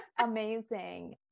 Amazing